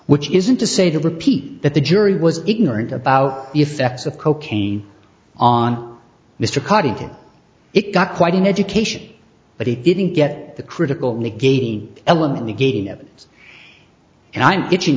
which isn't to say to repeat that the jury was ignorant about the effects of cocaine on mr coddington it got quite an education but he didn't get the critical negating element negating it and i'm itching